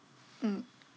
mm